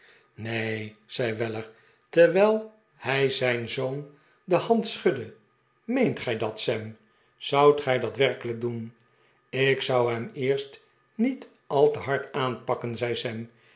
neen zei weller terwijl hij zijn zoon de pick wick club de hand schudde meent gij dat sam zoudt gij dat werkelijk doen ik zou hem eerst niet al te hard aanpakken zei